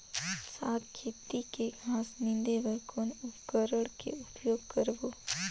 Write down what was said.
साग खेती के घास निंदे बर कौन उपकरण के उपयोग करबो?